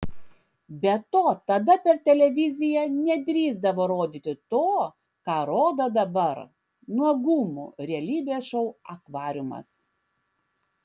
be to tada per televiziją nedrįsdavo rodyti to ką rodo dabar nuogumų realybės šou akvariumas